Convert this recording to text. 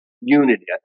unity